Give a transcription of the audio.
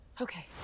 okay